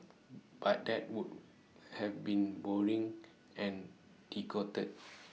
but that would have been boring and bigoted